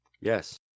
Yes